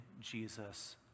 Jesus